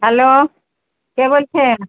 hello কে বলছেন